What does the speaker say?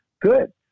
good